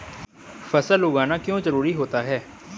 फसल उगाना क्यों जरूरी होता है?